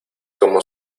como